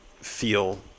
feel